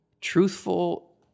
truthful